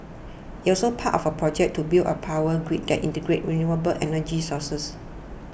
it also part of a project to build a power grid that integrates renewable energy sources